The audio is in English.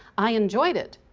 i enjoyed it,